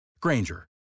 Granger